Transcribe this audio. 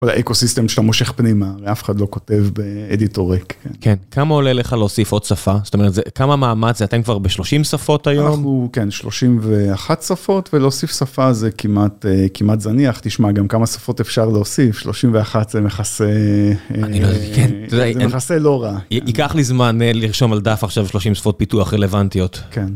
כל האקוסיסטם שם מושך פנימה, ואף אחד לא כותב באדיטור ריק, כן. כמה עולה לך להוסיף עוד שפה? זאת אומרת, כמה מאמץ, אתם כבר ב-30 שפות היום? אנחנו, כן, 31 שפות, ולהוסיף שפה זה כמעט זניח, תשמע גם כמה שפות אפשר להוסיף, 31 זה מכסה לא רע. ייקח לי זמן לרשום על דף עכשיו שלושים שפות פיתוח רלוונטיות. כן.